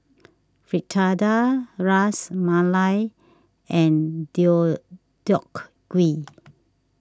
Fritada Ras Malai and Deodeok Gui